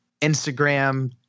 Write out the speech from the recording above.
Instagram